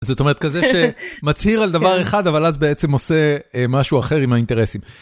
זאת אומרת, כזה שמצהיר על דבר אחד, אבל אז בעצם עושה משהו אחר עם האינטרסים.